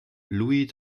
louis